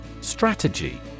Strategy